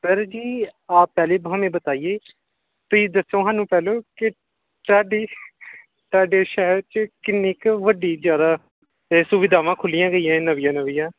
sir ji ਆਪ ਪਹਿਲੇ ਹਮੇਂ ਬਤਾਈਏ ਤੁਸੀਂ ਦੱਸੋ ਸਾਨੂੰ ਪਹਿਲਾਂ ਕਿ ਤੁਹਾਡੀ ਤੁਹਾਡੇ ਸ਼ਹਿਰ 'ਚ ਕਿੰਨੀ ਕੁ ਵੱਡੀ ਜ਼ਿਆਦਾ ਸੁਵਿਧਾਵਾਂ ਖੋਲ੍ਹੀਆਂ ਗਈਆਂ ਨਵੀਆਂ ਨਵੀਆਂ